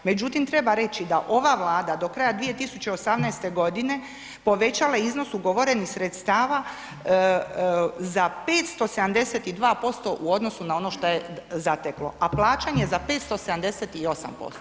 Međutim, treba reći da ova Vlada do kraja 2018. godine povećala iznos ugovorenih sredstava za 572% u odnosu na ono što je zateklo, a plaćanje za 578%